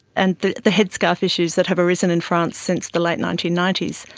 and the the headscarf issues that have arisen in france since the late nineteen ninety s,